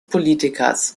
politikers